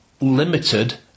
limited